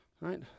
right